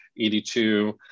82